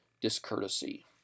discourtesy